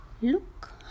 look